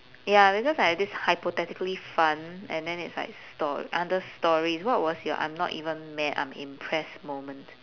ya because I have this hypothetically fun and then it's like stor~ under stories what was your I'm not even mad I'm impressed moment